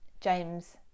James